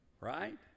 right